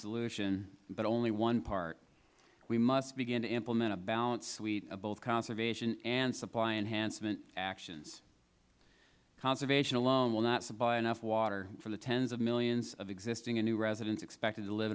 solution but only one part we must begin to implement a balanced suite of both conservation and supply enhancement actions conservation alone will not supply enough water for the tens of millions of existing and new residents expected to live